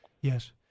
Yes